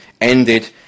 ended